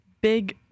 Big